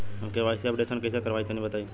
हम KYC updation कइसे करवाई तनि बताई?